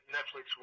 Netflix